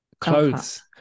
clothes